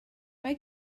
mae